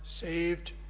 saved